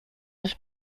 was